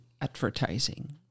advertising